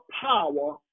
power